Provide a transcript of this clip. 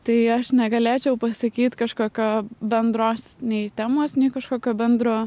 tai aš negalėčiau pasakyt kažkokio bendros nei temos nei kažkokio bendro